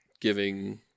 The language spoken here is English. giving